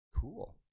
cool